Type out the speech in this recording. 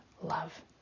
love